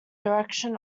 direction